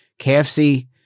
KFC